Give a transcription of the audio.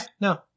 no